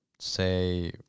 Say